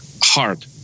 hard